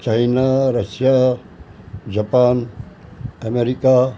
China Russia Japan America